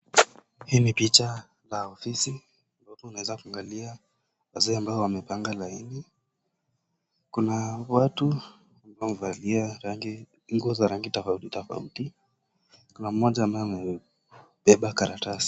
Hii ni picha la ofisi ambapo unaeza kuangalia wazee ambao wamepanga laini. Kuna watu ambao wamevalia nguo za rangi tofauti tofauti. Kuna mmoja ambaye amebeba karatasi.